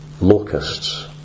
locusts